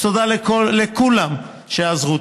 אז תודה לכולם שעזרו.